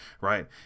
Right